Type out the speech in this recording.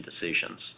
decisions